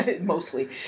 mostly